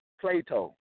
Plato